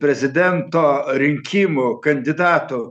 prezidento rinkimų kandidatų